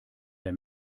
der